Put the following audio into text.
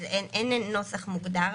אז אין נוסח מוגדר,